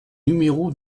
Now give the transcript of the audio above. numéro